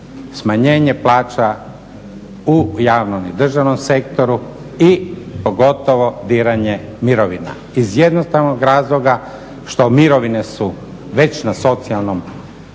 smanjenje plaća u javnom i državnom sektoru i pogotovo diranje mirovina, iz jednostavnog razloga što mirovine su već na socijalnoj ja